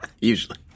usually